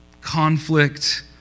conflict